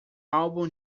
álbum